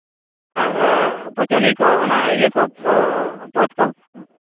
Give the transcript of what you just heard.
ᱟᱨ ᱯᱚᱪᱚᱱᱤ ᱠᱚ ᱚᱱᱟ ᱤᱭᱟᱹ ᱠᱚ ᱯᱚᱴ ᱠᱚ